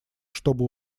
чтобы